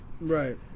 right